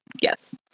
yes